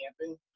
camping